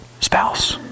spouse